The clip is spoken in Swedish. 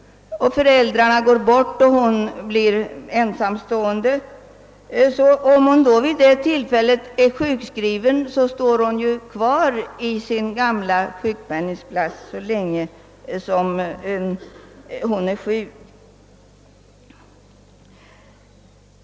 Om hon är sjukskriven vid det tillfälle då hennes föräldrar går bort och hon följaktligen blir ensamstående kvarstår hon i sin gamla sjukpenningklass så länge hon är sjuk.